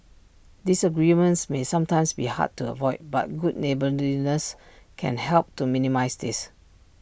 disagreements may sometimes be hard to avoid but good neighbourliness can help to minimise this